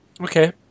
Okay